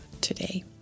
today